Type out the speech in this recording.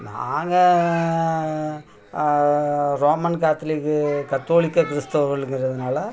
நாங்கள் ரோமன் கத்துலிக்கு கத்தோலிக்க கிறிஸ்துவர்களுங்கிறதுனால